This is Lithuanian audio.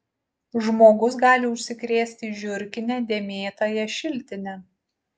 žmogus gali užsikrėsti žiurkine dėmėtąja šiltine